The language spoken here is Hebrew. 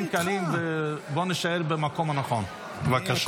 קלים ובוא נישאר במקום הנכון, בבקשה.